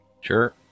Sure